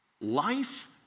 life